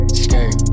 skirt